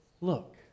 Look